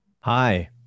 hi